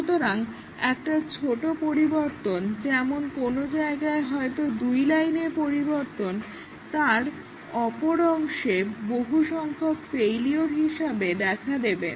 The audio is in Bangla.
কিন্তু একটা ছোট পরিবর্তন যেমন কোনো জায়গায় হয়তো দুই লাইনের পরিবর্তন তার অপর অংশে বহুসংখ্যক ফেইলিওর হিসাবে দেখা দেবে